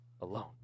alone